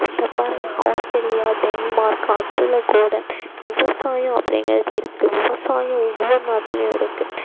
இப்போ பாருங்கள் Australia Denmark அதில் கூட விவசாயம் அப்படிங்குறது இருக்கு விவசாயம் இவ்வளோ நாட்கள் இருக்கு